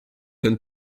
can